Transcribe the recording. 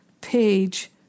page